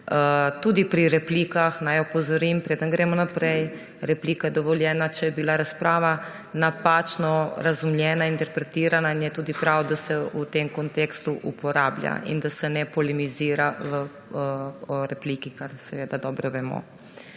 Tudi pri replikah naj opozorim, preden gremo naprej, replika je dovoljena, če je bila razprava napačno razumljena, interpretirana, in je tudi prav, da se v tem kontekstu uporablja in da se ne polemizira o repliki, kar seveda dobro vemo.